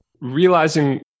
realizing